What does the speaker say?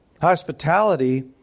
Hospitality